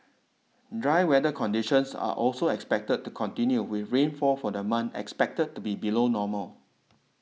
dry weather conditions are also expected to continue with rainfall for the month expected to be below normal